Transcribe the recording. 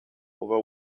over